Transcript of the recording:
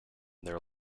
their